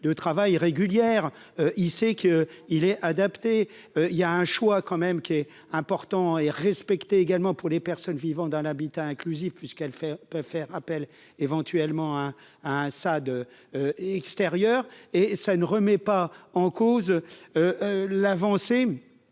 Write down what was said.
de travail régulière, il sait qu'il est adapté, il y a un choix quand même qui est important et respecté également pour les personnes vivant dans l'habitat inclusif puisqu'elle fait peut faire appel, éventuellement un à un, ça extérieur et ça ne remet pas en cause l'avancée